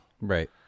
right